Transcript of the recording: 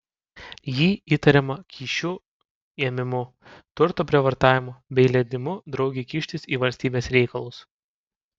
ji įtariama kyšių ėmimu turto prievartavimu bei leidimu draugei kištis į valstybės reikalus